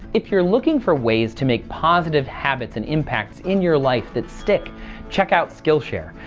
if you're looking for ways to make positive habits and impacts in your life that stick check out skillshare,